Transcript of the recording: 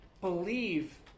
Believe